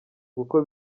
kuko